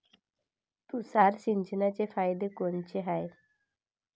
तुषार सिंचनाचे फायदे कोनचे हाये?